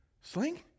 sling